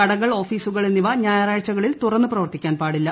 കടകൾ ഓഫീസുകൾ എന്നിവ ഞായറാഴ്ചകളിൽ തുറന്നു പ്രവർത്തിക്കാൻ പാടില്ല